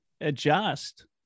adjust